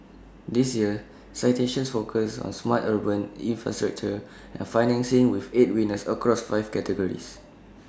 this year's citations focus on smart urban infrastructure and financing with eight winners across five categories